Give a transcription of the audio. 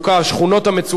שכונות המצוקה,